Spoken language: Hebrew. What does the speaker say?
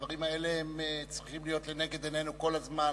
הדברים האלה צריכים להיות לנגד עינינו כל הזמן.